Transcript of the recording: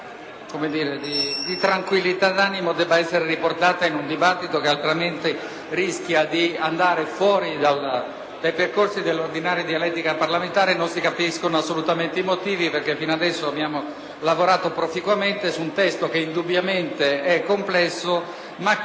un minimo di tranquillità d'animo debba essere riportata in un dibattito che altrimenti rischia di andare fuori dai percorsi dell'ordinaria dialettica parlamentare e non se ne capiscono assolutamente i motivi, perchè fino ad ora abbiamo lavorato proficuamente su un testo che è indubbiamente complesso, ma che